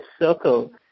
circle